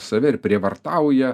save ir prievartauja